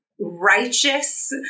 righteous